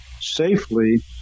safely